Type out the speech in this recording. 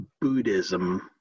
Buddhism